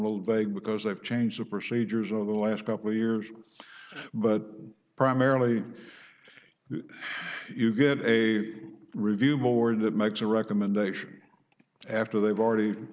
little vague because they've changed the procedures of the last couple years but primarily you get a review board that makes a recommendation after they've already